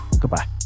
goodbye